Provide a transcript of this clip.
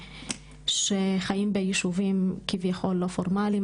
החיים ביישובים שהם כביכול לא פורמליים,